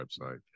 website